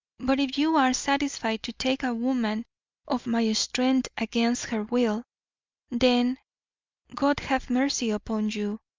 but if you are satisfied to take a woman of my strength against her will then god have mercy upon you,